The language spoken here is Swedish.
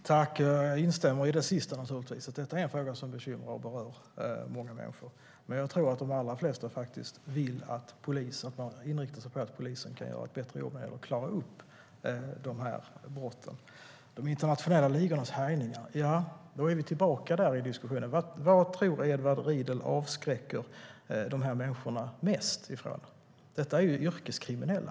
Herr talman! Jag instämmer naturligtvis i det sista; detta är en fråga som bekymrar och berör många människor. Men jag tror att de allra flesta vill inrikta sig på att polisen kan göra ett bättre jobb när det gäller att klara upp de här brotten. När det gäller de internationella ligornas härjningar är vi tillbaka i diskussionen. Vad tror Edward Riedl avskräcker de här människorna mest? Detta är yrkeskriminella.